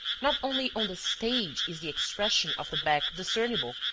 not only on the stage is the expression of the back discernible,